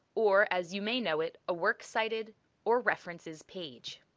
or as you may know it a works cited or references page.